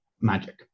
magic